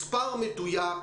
מספר מדויק,